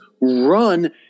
run